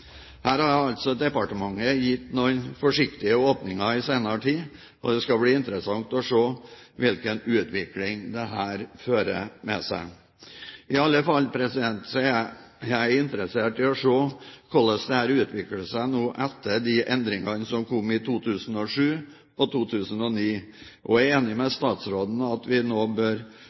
Her har altså departementet gitt noen forsiktige åpninger i den senere tid, og det skal bli interessant å se hvilken utvikling dette fører med seg. I alle fall er jeg interessert i å se hvordan dette utvikler seg nå, etter de endringene som kom i 2007 og 2009, og jeg er enig med statsråden i at vi nå bør